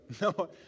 No